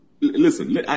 listen